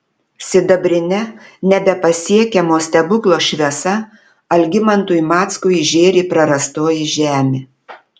sidabrine nebepasiekiamo stebuklo šviesa algimantui mackui žėri prarastoji žemė